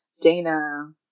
Dana